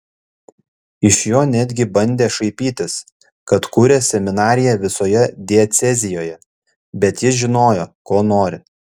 iš jo netgi bandė šaipytis kad kuria seminariją visoje diecezijoje bet jis žinojo ko nori